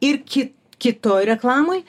ir ki kitoj reklamoj